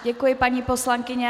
Děkuji, paní poslankyně.